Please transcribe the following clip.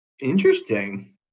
Interesting